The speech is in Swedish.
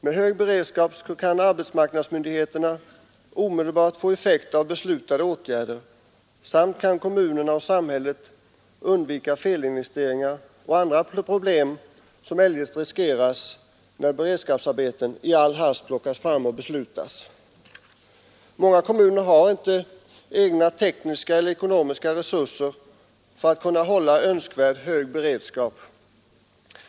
Med hög beredskap kan arbetsmarknadsmyndigheterna omedelbart få effekt av beslutade åtgärder. Kommunerna och samhället kan undvika felinvesteringar och andra problem, som eljest riskeras när beredskapsarbeten i all hast plockas fram och beslutas. Många kommuner har inte egna tekniska eller ekonomiska resurser för att kunna hålla önskvärd hög beredskap.